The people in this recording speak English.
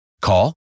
Call